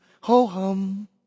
ho-hum